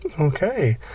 Okay